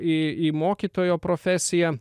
į į mokytojo profesiją